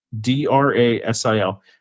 d-r-a-s-i-l